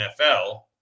NFL